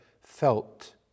felt